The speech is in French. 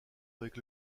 avec